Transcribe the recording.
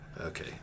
okay